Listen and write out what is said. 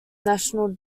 national